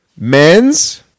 Men's